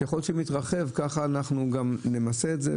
ככל שזה מתרחב כך אנחנו גם נמסה את זה.